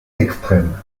extrême